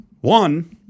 One –